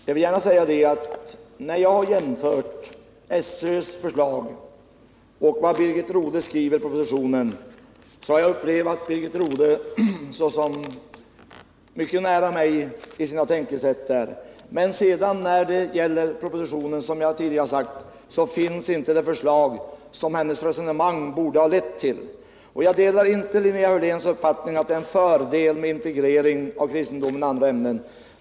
Herr talman! När jag har jämfört SÖ:s förslag och vad Birgit Rodhe skriver i propositionen har jag upplevt Birgit Rodhe som stående mycket nära mig i sina tankesätt. Men sedan finns inte de förslag som hennes resonemang borde ha lett till med i propositionen. Jag delar inte Linnea Hörléns uppfattning att det är en fördel med integrering av kristendomen och andra ämnen.